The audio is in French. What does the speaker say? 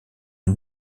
une